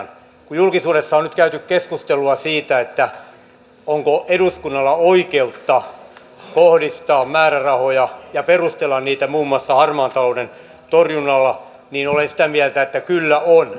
kun julkisuudessa on nyt käyty keskustelua siitä onko eduskunnalla oikeutta kohdistaa määrärahoja ja perustella niitä muun muassa harmaan talouden torjunnalla niin olen sitä mieltä että kyllä on